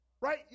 right